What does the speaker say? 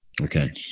Okay